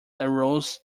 arose